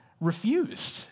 refused